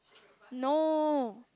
no